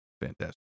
Fantastic